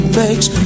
makes